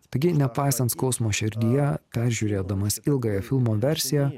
taigi nepaisant skausmo širdyje peržiūrėdamas ilgąją filmo versiją